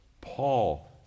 Paul